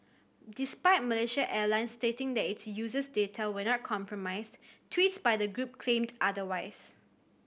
despite Malaysia Airlines stating that its users data was not compromised tweets by the group claimed otherwise